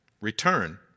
Return